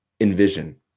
envision